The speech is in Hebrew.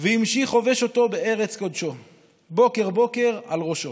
והמשיך חובש אותו בארץ קודשו / בוקר בוקר על ראשו.